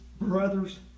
brother's